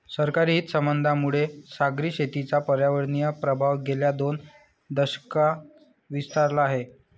सरकारी हितसंबंधांमुळे सागरी शेतीचा पर्यावरणीय प्रभाव गेल्या दोन दशकांत विस्तारला आहे